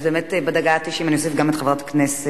אז בדקה התשעים אני אוסיף גם את חברת הכנסת